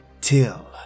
till